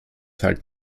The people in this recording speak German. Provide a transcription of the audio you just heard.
halt